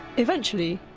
eventually,